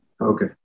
Okay